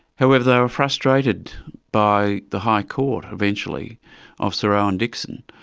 however they were frustrated by the high court eventually of sir owen dixon,